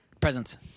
Presents